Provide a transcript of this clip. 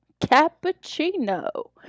cappuccino